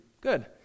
Good